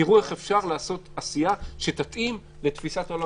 תראו איך אפשר לעשות עשייה שתתאים לתפיסת העולם